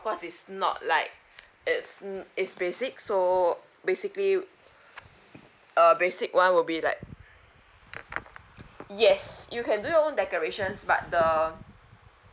course it's not like it's n~ it's basic so basically uh basic [one] will be like yes you can do your own decorations but the